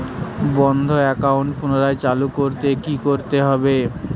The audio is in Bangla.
বন্ধ একাউন্ট পুনরায় চালু করতে কি করতে হবে?